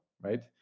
right